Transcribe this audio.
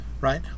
Right